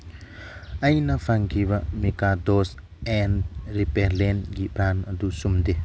ꯑꯩꯅ ꯐꯪꯈꯤꯕ ꯃꯦꯀꯥꯗꯣꯁ ꯑꯦꯟ ꯔꯤꯄꯦꯂꯦꯟꯒꯤ ꯕ꯭ꯔꯥꯟ ꯑꯗꯨ ꯆꯨꯝꯗꯦ